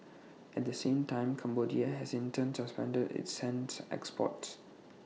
at the same time Cambodia has in turn suspended its sand exports